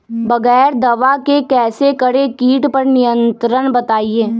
बगैर दवा के कैसे करें कीट पर नियंत्रण बताइए?